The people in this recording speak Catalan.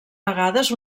vegades